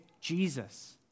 Jesus